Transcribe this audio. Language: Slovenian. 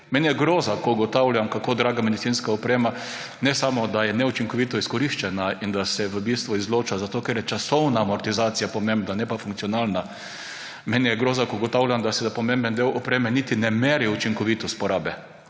Mene je groza, ko ugotavljam, kako draga medicinska oprema, ne samo da je neučinkovito izkoriščena, se v bistvu izloča, ker je časovna amortizacija pomembna, ne pa funkcionalna. Mene je groza, ko ugotavljam, da se za pomemben del opreme niti ne meri učinkovitost porabe.